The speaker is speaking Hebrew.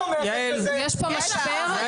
יעל, יעל.